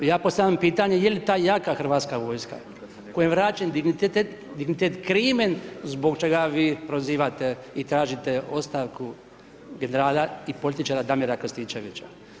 Ja postavljam pitanje je li ta jaka hrvatska vojska kojom je vraćen dignitet, dignitet krimen zbog čega vi prozivate i tražite ostavku generala i političara Damira Krstičevića?